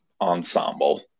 ensemble